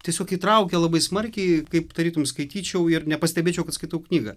tiesiog įtraukė labai smarkiai kaip tarytum skaityčiau ir nepastebėčiau kad skaitau knygą